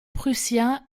prussien